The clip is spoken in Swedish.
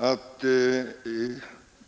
Jag ber att få erinra